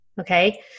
okay